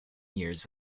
years